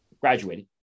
graduated